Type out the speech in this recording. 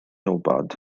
wybod